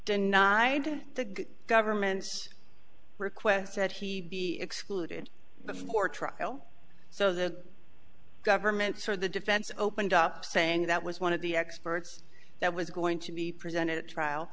denied the government's request that he be excluded before trial so the government's or the defense opened up saying that was one of the experts that was going to be presented at trial